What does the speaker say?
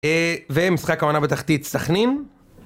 ומשחק העונה בתחתית, סכנין